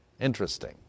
Interesting